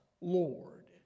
Lord